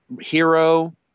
hero